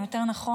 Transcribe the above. או יותר נכון,